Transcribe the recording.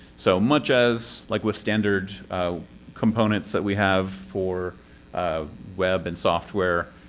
so much as like with standard components that we have for um web and software,